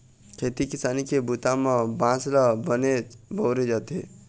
खेती किसानी के बूता म बांस ल बनेच बउरे जाथे